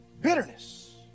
Bitterness